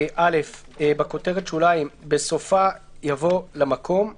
(א)בכותרת השוליים, בסופה יבוא "למקום";